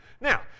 Now